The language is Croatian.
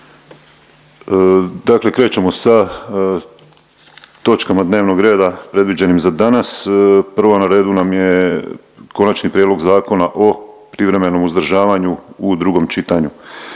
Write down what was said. Dakle, krećemo sa točkama dnevnog reda predviđenim za danas. Prva na redu nam je: - Konačni prijedlog Zakona o privremenom uzdržavanju, drugo čitanje,